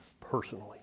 personally